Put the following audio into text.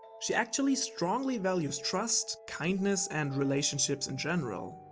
she actually strongly values trust, kindness and relationships in general.